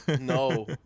No